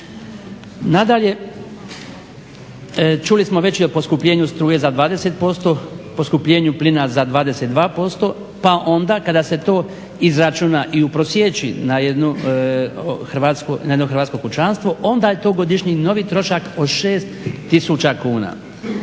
Nadalje, čuli smo već i o poskupljenju struje za 20%, poskupljenju plina za 22% pa onda kada se to izračuna i uprosječi na jedno hrvatsko kućanstvo onda je to godišnji novi trošak od 6000 kuna.